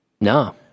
No